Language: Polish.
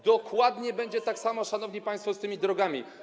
Dokładnie będzie tak samo, szanowni państwo, z tymi drogami.